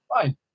Fine